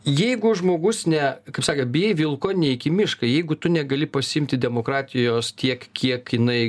jeigu žmogus ne kaip sakė bijai vilko neik į mišką jeigu tu negali pasiimti demokratijos tiek kiek jinai